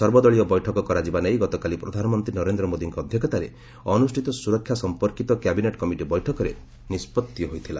ସର୍ବଦଳୀୟ ବୈଠକ କରାଯିବା ନେଇ ଗତକାଲି ପ୍ରଧାନମନ୍ତ୍ରୀ ନରେନ୍ଦ୍ର ମୋଦିଙ୍କ ଅଧ୍ୟକ୍ଷତାରେ ଅନୁଷ୍ଠିତ ସୁରକ୍ଷା ସଂପର୍କିତ କ୍ୟାବିନେଟ୍ କମିଟି ବୈଠକରେ ନିଷ୍ପଭି ହୋଇଥିଲା